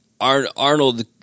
Arnold